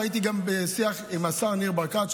והייתי גם בשיח עם השר ניר ברקת,